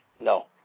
No